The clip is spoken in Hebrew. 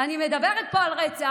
אני מדברת פה על רצח